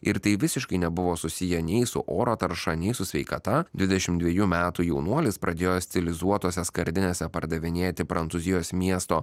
ir tai visiškai nebuvo susiję nei su oro tarša nei su sveikata dvidešimt dvejų metų jaunuolis pradėjo stilizuotose skardinėse pardavinėti prancūzijos miesto